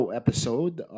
episode